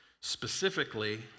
specifically